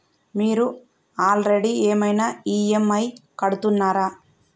మీరు ఆల్రెడీ ఏమైనా ఈ.ఎమ్.ఐ కడుతున్నారా?